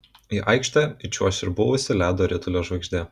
į aikštę įčiuoš ir buvusi ledo ritulio žvaigždė